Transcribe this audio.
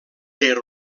per